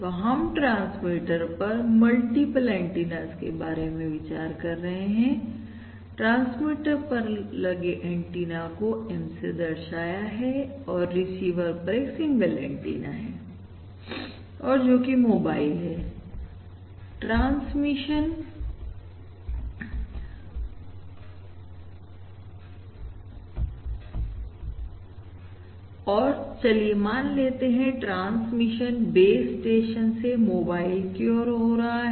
तो हम ट्रांसमीटर पर मल्टीपल एंटीनास के बारे में विचार कर रहे हैंट्रांसमीटर पर लगे एंटीना को M से दर्शाया हैं और रिसीवर पर एक सिंगल एंटीना है और जो कि मोबाइल है और ट्रांसमिशन और चलिए मान लेते हैं ट्रांसमिशन बेस स्टेशन से मोबाइल की ओर हो रहा है